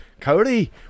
cody